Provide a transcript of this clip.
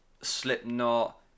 Slipknot